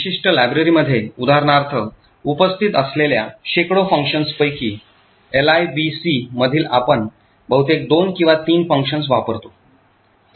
विशिष्ट लायब्ररीमध्ये उदाहरणार्थ उपस्थित असलेल्या शेकडो फंक्शन्सपैकी Libc मधील आपण बहुतेक 2 किंवा 3 फंक्शन्स वापरतो